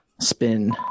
Spin